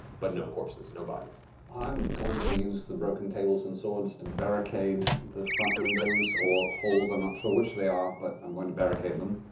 but no corpses, no bodies. taliesin i'm going to use the broken tables and swords to barricade the front windows or holes, i'm not sure which they are, but i'm going to barricade them.